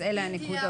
אלה הנקודות.